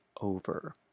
Over